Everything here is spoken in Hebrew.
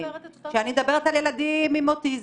כשאני מדברת על ילדים עם אוטיזם,